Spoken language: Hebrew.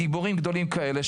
גיבורים גדולים כאלה,